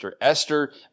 Esther